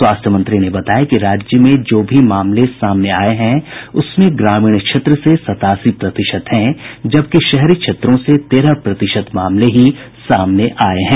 स्वास्थ्य मंत्री ने बताया कि राज्य में जो भी मामले सामने आये हैं उसमें ग्रामीण क्षेत्र से सत्तासी प्रतिशत हैं जबकि शहरी क्षेत्रों से तेरह प्रतिशत मामले ही सामने आये हैं